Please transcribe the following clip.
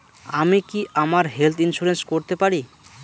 আমি কি আমার হেলথ ইন্সুরেন্স করতে পারি?